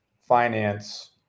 finance